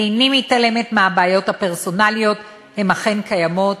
איני מתעלמת מהבעיות הפרסונליות, הן אכן קיימות.